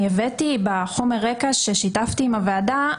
בחומר רקע ששיתפתי בו את הוועדה,